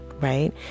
right